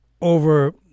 over